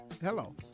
Hello